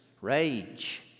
rage